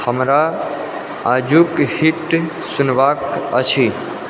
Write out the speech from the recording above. हमरा आजुक हिट सुनबाक अछि